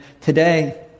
today